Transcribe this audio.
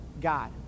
God